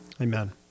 Amen